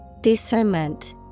Discernment